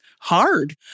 hard